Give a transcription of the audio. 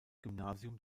gymnasium